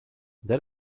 that